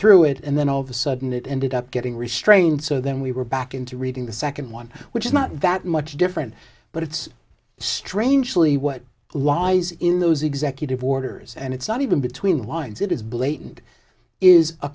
through it and then all of a sudden it ended up getting restrained so then we were back into reading the second one which is not that much different but it's strangely what lies in those executive orders and it's not even between the lines it is blatant is a